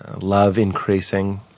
love-increasing